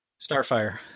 starfire